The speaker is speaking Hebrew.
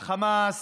החמאס,